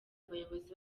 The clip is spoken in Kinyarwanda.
abayobozi